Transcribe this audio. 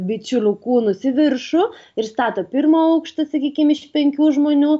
bičiulių kūnus į viršų ir stato pirmą aukštą sakykim iš penkių žmonių